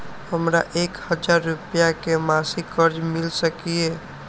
हमरा एक हजार रुपया के मासिक कर्ज मिल सकिय?